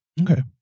Okay